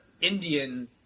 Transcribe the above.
Indian